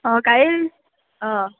অ গাড়ী অ